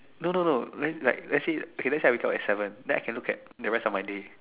no no no means like let's let's say okay let's say I wake up at seven then I can look at the rest of my day